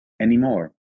anymore